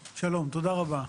שלום, תודה רבה.